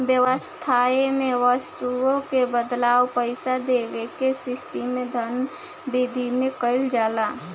बेवस्था में बस्तु के बदला पईसा देवे के स्थिति में धन बिधि में कइल जाला